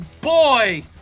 boy